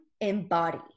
embody